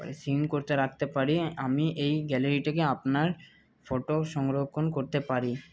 scene করে রাখতে পারি আমি এই গ্যালারিটাকে আপনার ফটো সংরক্ষণ করতে পারি